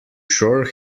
sure